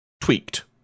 tweaked